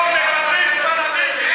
לא מקבלים ספרדים.